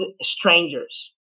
strangers